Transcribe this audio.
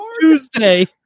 Tuesday